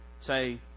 say